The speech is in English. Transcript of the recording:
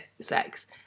sex